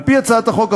על-פי הצעת החוק,